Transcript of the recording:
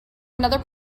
another